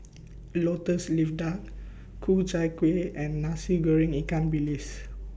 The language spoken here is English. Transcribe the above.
Lotus Leaf Duck Ku Chai Kuih and Nasi Goreng Ikan Bilis